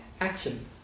action